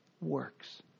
works